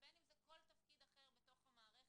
ובין אם זה כל תפקיד אחר בתוך המערכת,